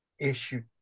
issue